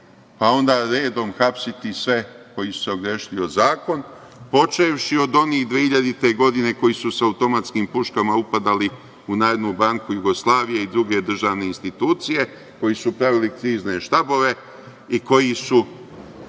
pa onda redom hapsiti sve koji su se ogrešili o zakon, počevši od onih 2000. godine koji su sa automatskim puškama upadali u Narodnu banku Jugoslavije i druge državne institucije, koji su pravili krizne štabove i koji su